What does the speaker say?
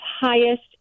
highest